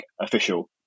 official